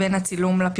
הצילום